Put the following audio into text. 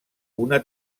una